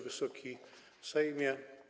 Wysoki Sejmie!